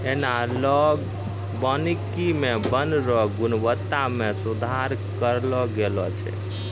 एनालाँक वानिकी मे वन रो गुणवत्ता मे सुधार करलो गेलो छै